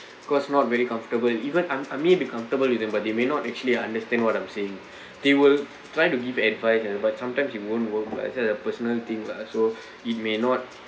cause not very comfortable even I'm I mean me comfortable with them but they may not actually understand what I'm saying they will try to give advice and what sometimes you won't work lah like I said a personal things lah so it may not